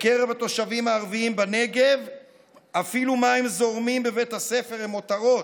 בקרב התושבים הערבים בנגב אפילו מים זורמים בבית הספר הם מותרות.